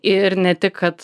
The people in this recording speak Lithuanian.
ir ne tik kad